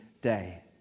day